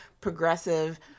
progressive